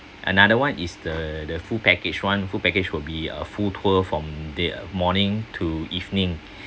another one is the the full package one full package will be a full tour from day morning to evening